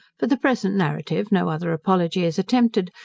for the present narrative no other apology is attempted,